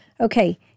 Okay